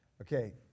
Okay